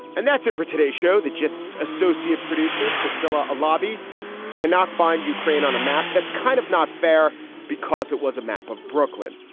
and that's it for today's show, the gist associate producer priscilla alavi cannot find ukraine on a map. that's kind of not fair because it was a map of brooklyn.